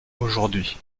aujourd’hui